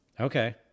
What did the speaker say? Okay